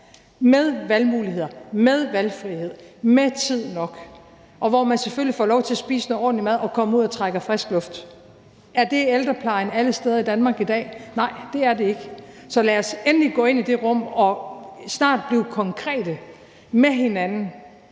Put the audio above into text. med valgmuligheder, med valgfrihed, med tid nok, og hvor man selvfølgelig får lov til at spise noget ordentlig mad og kommer ud og trækker frisk luft. Er det ældreplejen alle steder i Danmark i dag? Nej, det er det ikke. Så lad os endelig gå ind i det rum og snart blive konkrete med hinanden